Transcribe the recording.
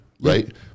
right